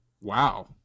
Wow